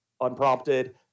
unprompted